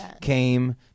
Came